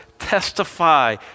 testify